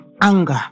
anger